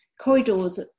corridors